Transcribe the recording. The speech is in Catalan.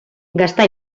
gastar